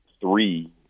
three